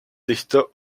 dichter